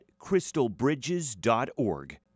crystalbridges.org